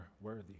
worthy